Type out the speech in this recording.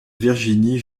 virginie